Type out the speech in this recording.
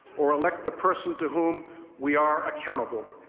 or elect the person to whom we are accountable.